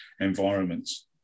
environments